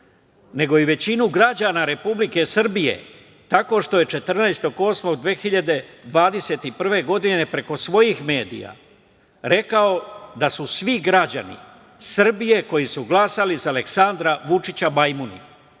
nego i većinu građana Republike Srbije tako što je 14. avgusta 2021. godine preko svojih medija rekao da su svi građani Srbije koji su glasali za Aleksandra Vučića majmuni.